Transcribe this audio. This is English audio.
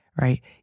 right